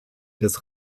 des